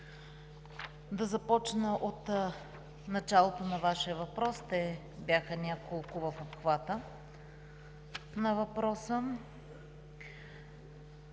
да започна от началото на Вашия въпрос – те бяха няколко в обхвата. На въпроса